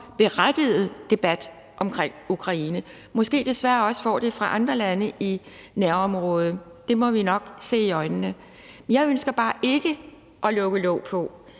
berettigede debat omkring Ukraine. Måske får vi det desværre også at se fra andre lande i nærområdet. Det må vi nok se i øjnene. Jeg ønsker bare ikke at lægge låg på.